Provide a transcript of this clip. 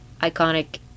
iconic